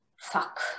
Fuck